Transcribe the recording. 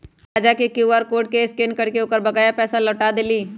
हम्मे राजा के Q R code के स्कैन करके ओकर बकाया पैसा लौटा देली